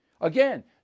Again